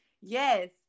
yes